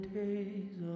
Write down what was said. days